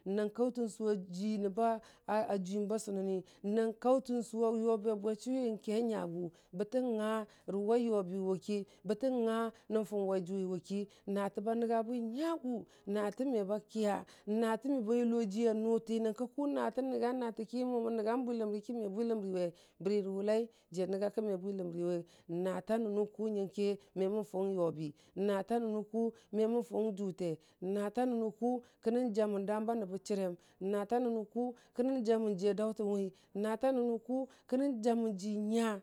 Nan kaʊtən sʊ a ji ba a "a" juyəm ba sʊnənni, nan kaʊtən sʊ ayʊbi sʊ bechʊwi ke nyagʊ bətə nga rə wai yʊbi wʊki bətə nya nən fʊng wai jʊwi ki natə ba nənga bwi nyagʊ natə meba kəya natə me ba yulo ji na nʊti nyənkə ka natə nəngu natə ki mo mən nənga bwiləmri ki me bwiləmriwe bəri rə wulai jiya nənga ki me bwiləmriwe nata nənu kʊ nyənke me mən fʊng yʊbi nata nənu kʊ me mən fʊng jʊte nata nənu kʊ kənən jamən dam ba nəbə chərəm nata nənu ku kə nə jamən ji daʊtəwi nata nənu ru jamən ji nya.